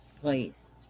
please